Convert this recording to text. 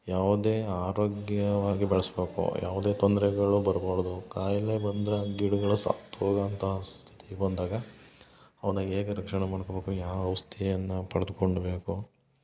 ಯಾವುದೇ ಆರೋಗ್ಯವಾಗಿ ಬಳಸಬೇಕು ಯಾವುದೇ ತೊಂದರೆಗಳು ಬರ್ಬಾರದು ಕಾಯಿಲೆ ಬಂದರೆ ಆ ಗಿಡಗಳು ಸತ್ತು ಹೋದಂಥ ಸ್ಥಿತಿ ಬಂದಾಗ ಅವ್ನ ಹೇಗೆ ರಕ್ಷಣೆ ಮಾಡ್ಕೊಬೇಕು ಯಾವ ಔಷ್ಧಿಯನ್ನ ನಾವು ಪಡೆದುಕೊಬೇಕು